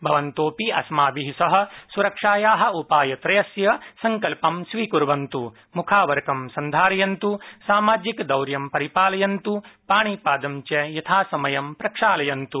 भवन्तः अपि अस्माभि सह सुरक्षाया उपायत्रयस्य सङ्कल्पं स्वीकुर्वन्तु मुखावरकं सन्धारयन्तु सामाजिकदौर्यं परिपालयन्तु पाणिपादं च यथासमयं प्रक्षालयन्तु